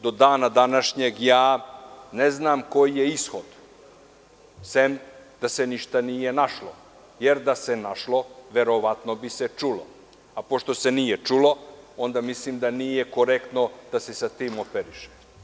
Do dana današnjeg ne znam koji je ishod, sem da se ništa nije našlo, jer da se našlo, verovatno bi se čulo, a pošto se nije čulo, mislim da nije korektno da se sa tim operiše.